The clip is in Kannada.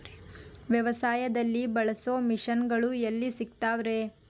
ವ್ಯವಸಾಯದಲ್ಲಿ ಬಳಸೋ ಮಿಷನ್ ಗಳು ಎಲ್ಲಿ ಸಿಗ್ತಾವ್ ರೇ?